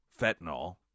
fentanyl